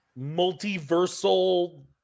multiversal